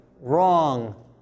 wrong